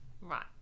Right